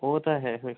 ਉਹ ਤਾਂ ਹੈ ਹੋਏ